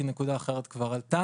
כי אחרת כבר עלתה